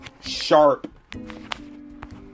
sharp